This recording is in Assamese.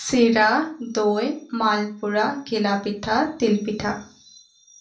চিৰা দৈ মালপুৰা ঘিলাপিঠা তিলপিঠা